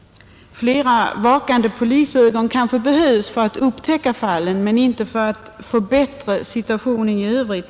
Det kanske behövs fler vakande polisögon för att upptäcka fallen, men inte för att påverka situationen i övrigt.